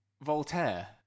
Voltaire